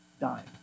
dying